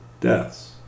deaths